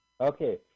Okay